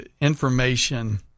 information